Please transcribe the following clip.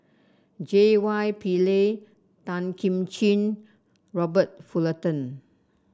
J Y Pillay Tan Kim Ching Robert Fullerton